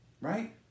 Right